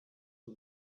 for